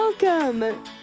Welcome